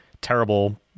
terrible